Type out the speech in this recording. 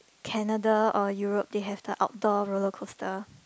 Canada or Europe they have the outdoor rollercoaster